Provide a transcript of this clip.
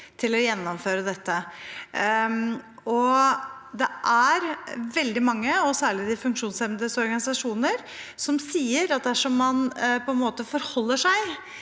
til å gjennomføre dette. Det er veldig mange, og særlig de funksjonshemmedes organisasjoner, som sier at dersom man forholder seg